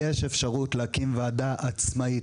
יש אפשרות להקים ועדה עצמאית,